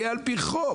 יהיה על פי חוק.